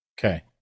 Okay